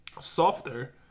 softer